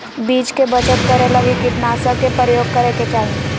बीज के बचत करै लगी कीटनाशक के प्रयोग करै के चाही